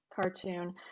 cartoon